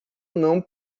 não